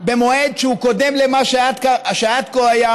במועד שהוא קודם למה שהיה עד כה,